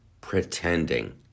pretending